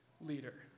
leader